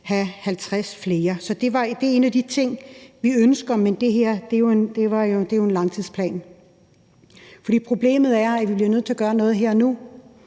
have 50 flere. Så det er en af de ting, vi ønsker. Men det er jo en langtidsplan. For problemet er, at vi bliver nødt til at gøre noget her og nu.